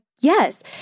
Yes